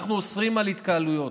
אנחנו אוסרים התקהלויות.